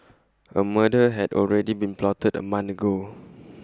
A murder had already been plotted A month ago